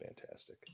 Fantastic